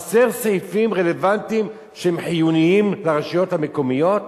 חסרים סעיפים רלוונטיים שהם חיוניים לרשויות המקומיות?